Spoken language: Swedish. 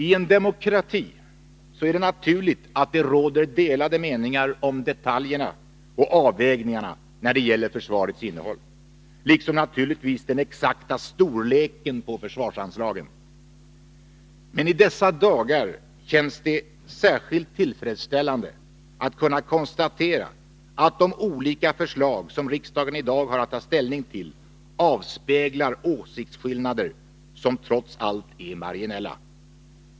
I en demokrati är det naturligt att det råder delade meningar om detaljerna och avvägningarna när det gäller försvarets innehåll liksom naturligtvis den exakta storleken på försvarsanslagen. Men i dessa dagar känns det särskilt tillfredsställande att kunna konstatera att de olika förslag som riksdagen i dag har att ta ställning till avspeglar åsiktsskillnader som trots allt är marginella.